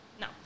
No